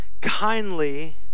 kindly